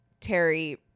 Terry